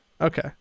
Okay